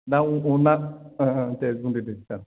दा अ अना ओ ओ दे बुंदो दे सार